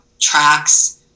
tracks